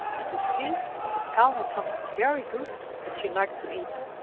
and to see that the cow had something very good that she liked to eat.